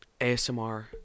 ASMR